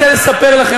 אני רוצה לספר לכם,